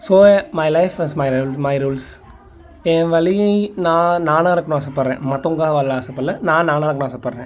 so my life as my rules என் வழியில் நான் நானாக இருக்குணும்னு ஆசைப்படுற மராவங்களுக்காக வாழ ஆசை படல நான் நானாக இருக்குணும்னு ஆசைப்படுறேன்